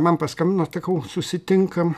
man paskambino sakau susitinkam